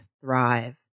Thrive